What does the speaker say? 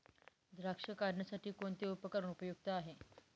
द्राक्ष काढणीसाठी कोणते उपकरण उपयुक्त आहे?